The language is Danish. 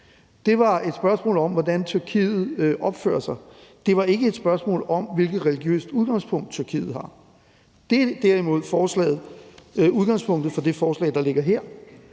Det var et spørgsmål om, hvordan Tyrkiet opfører sig. Det var ikke et spørgsmål om, hvilket religiøst udgangspunkt Tyrkiet har. Det er derimod udgangspunktet for det forslag, der ligger her,